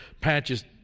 Patches